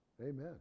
Amen